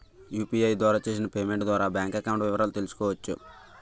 UPI ద్వారా చేసిన payment ద్వారా బ్యాంక్ అకౌంట్ వివరాలు తెలుసుకోవచ్చ?